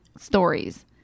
stories